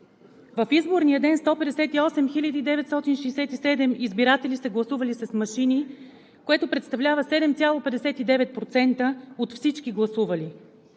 „В изборния ден 158 967 избиратели са гласували с машини, което представлява 7,59% от всички гласували.